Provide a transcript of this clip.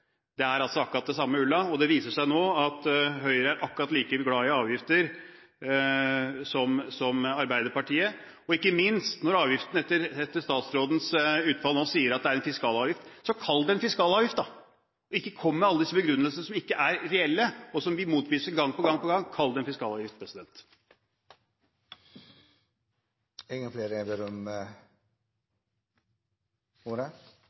Det er akkurat samme ulla, og det viser seg nå at Høyre er akkurat like glad i avgifter som Arbeiderpartiet er – og ikke minst når avgiftene etter statsrådens utsagn nå er en fiskalavgift. Så kall det en fiskalavgift da. Ikke kom med alle disse begrunnelsene som ikke er reelle, og som vi motbeviser gang på gang. Kall det en fiskalavgift! Flere har ikke bedt om ordet